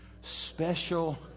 Special